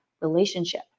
Relationship